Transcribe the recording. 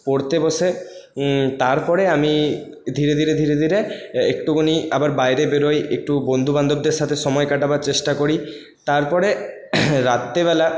পড়তে বসে তারপরে আমি ধীরে ধীরে ধীরে ধীরে একটুখানি আবার বাইরে বেরোই একটু বন্ধুবান্ধবদের সাথে সময় কাটাবার চেষ্টা করি তারপরে রাত্রেবেলা